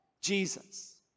Jesus